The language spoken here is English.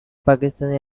pakistani